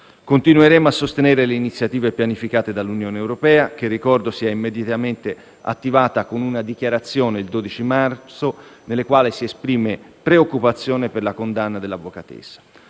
Continueremo a sostenere le iniziative pianificate dall'Unione europea, che - ricordo - si è immediatamente attivata con una dichiarazione (il 12 marzo) nella quale si esprime preoccupazione per la condanna dell'avvocatessa.